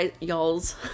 y'all's